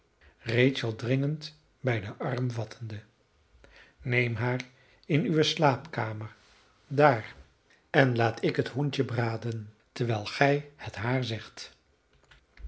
rachel dringend bij den arm vattende neem haar in uwe slaapkamer daar en laat ik het hoentje braden terwijl gij het haar zegt